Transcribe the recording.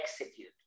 execute